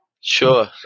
Sure